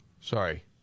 Sorry